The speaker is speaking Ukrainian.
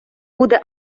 буде